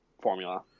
formula